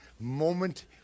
moment